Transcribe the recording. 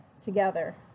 together